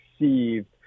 received